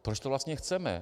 Proč to vlastně chceme?